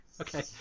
Okay